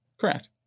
Correct